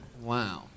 Wow